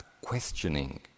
questioning